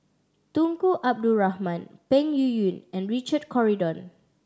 Tunku Abdul Rahman Peng Yuyun and Richard Corridon